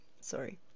Sorry